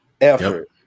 effort